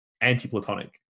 anti-Platonic